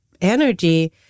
energy